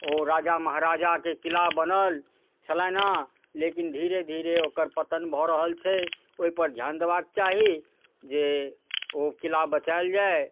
ओ राजा महाराजाके किला बनल छलनि हँ लेकिन धीरे धीरे ओकर पतन भऽ रहल छै ओहिपर धिआन देबाक चाही जे ओ किला बचाएल जाए